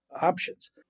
options